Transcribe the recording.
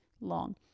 long